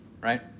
right